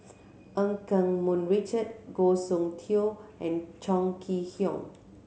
Eu Keng Mun Richard Goh Soon Tioe and Chong Kee Hiong